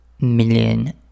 million